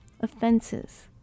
offenses